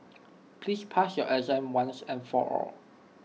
please pass your exam once and for all